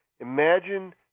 Imagine